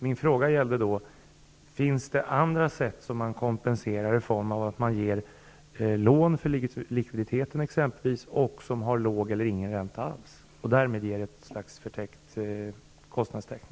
Min fråga är: Finns det andra sätt att kompensera i form av lån exempelvis när det gäller likviditeten, med låg eller alls ingen ränta -- med andra ord genom ett slags förtäckt kostnadstäckning?